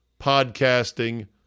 podcasting